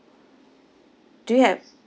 do you have